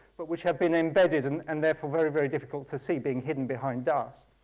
but which have been embedded and and therefore very very difficult to see, being hidden behind dust.